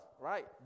right